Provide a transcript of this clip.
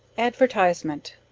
advertisement.